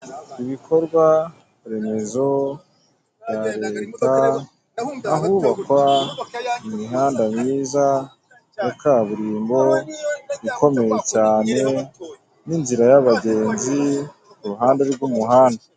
Ibikorwaremezo bya leta ahubakwa imihanda myiza ya kaburimbo ikomeye cyane n'inzira y'abagenzi iruhande rw'umuhanda.